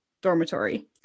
dormitory